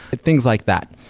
things like that.